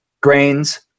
grains